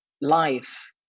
Life